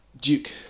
Duke